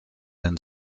den